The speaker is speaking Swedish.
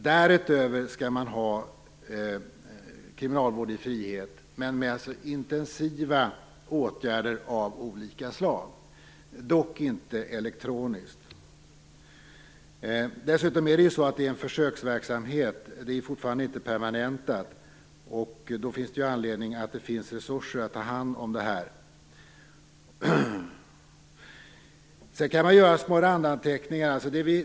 Därutöver skall man ha kriminalvård i frihet, med intensiva åtgärder av olika slag - dock inte elektroniskt. Dessutom handlar det om en försöksverksamhet. Det här är ju fortfarande inte permanentat. Därför finns det anledning att tro att det finns resurser för att ta hand om detta. Små randanteckningar kan göras.